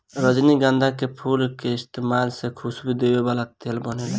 रजनीगंधा के फूल के इस्तमाल से खुशबू देवे वाला तेल बनेला